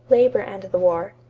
labor and the war.